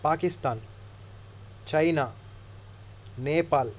Pakistan China Nepal